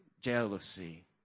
jealousy